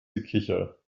gekicher